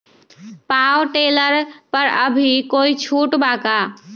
Power tiller पर अभी कोई छुट बा का?